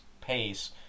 pace